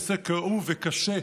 נושא כאוב וקשה,